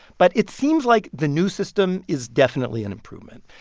but it seems like the new system is definitely an improvement.